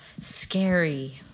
Scary